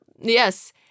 Yes